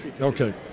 Okay